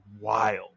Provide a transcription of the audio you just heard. wild